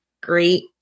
great